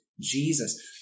Jesus